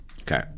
Okay